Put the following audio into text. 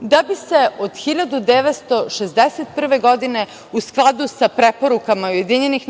da bi se od 1961. godine u skladu sa preporukama UN